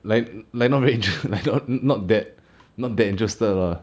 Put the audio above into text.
like like not really interest~ like not not that not that interested lah